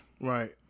Right